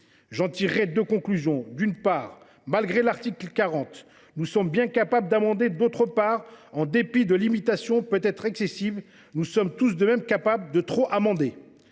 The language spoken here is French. J’en tirerai deux conclusions : d’une part, malgré l’article 40, nous sommes bien capables d’amender ; d’autre part, en dépit de limitations peut être excessives, nous sommes tout de même capables de trop amender.